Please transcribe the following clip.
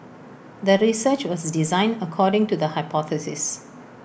the research was designed according to the hypothesis